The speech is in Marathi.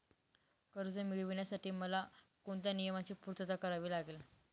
कर्ज मिळविण्यासाठी मला कोणत्या नियमांची पूर्तता करावी लागेल?